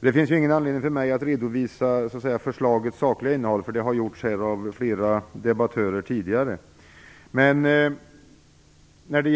Det finns ingen anledning för mig att redovisa förslagets sakliga innehåll, eftersom flera debattörer här redan har gjort det.